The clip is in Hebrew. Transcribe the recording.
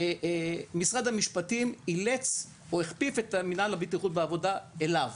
שמשרד המשפטים אילץ או הכפיף את מינהל הבטיחות בעבודה אליו.